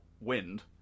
wind